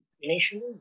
initially